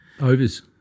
Overs